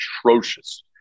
atrocious